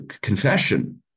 confession